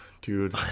Dude